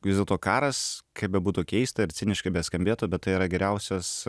vis dėlto karas kaip bebūtų keista ir ciniškai beskambėtų bet tai yra geriausias